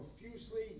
profusely